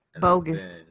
Bogus